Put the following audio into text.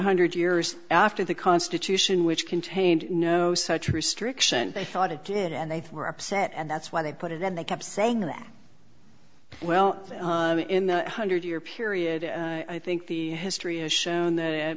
hundred years after the constitution which contained no such restriction they thought it did and they were upset and that's why they put it and they kept saying that well in the hundred year period i think the history has shown that